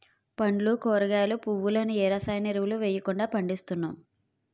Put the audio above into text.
పండ్లు కూరగాయలు, పువ్వులను ఏ రసాయన ఎరువులు వెయ్యకుండా పండిస్తున్నాం